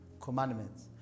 commandments